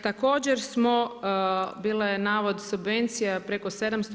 Također smo, bilo je navod subvencija preko 700.